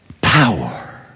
Power